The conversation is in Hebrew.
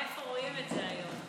איפה רואים את זה היום?